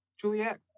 Juliet